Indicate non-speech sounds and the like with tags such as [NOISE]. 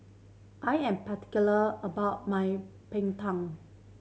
I am particular about my [UNINTELLIGIBLE]